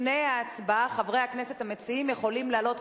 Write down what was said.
לפני ההצבעה חברי הכנסת המציעים יכולים לעלות,